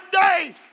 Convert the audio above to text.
day